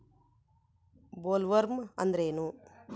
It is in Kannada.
ಬೊಲ್ವರ್ಮ್ ಅಂದ್ರೇನು?